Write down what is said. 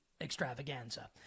Extravaganza